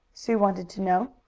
sue wanted to know.